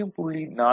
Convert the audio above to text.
NML VIL - VOL 0